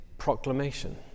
proclamation